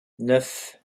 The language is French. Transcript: neuf